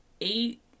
eight